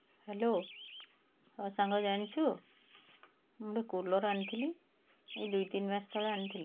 hello ହଁ ସାଙ୍ଗ ଜାଣିଛୁ ମୁଁ ଗୋଟେ କୁଲର୍ ଆଣିଥିଲି ଏଇ ଦୁଇ ତିନି ମାସ ତଳେ ଆଣିଥିଲି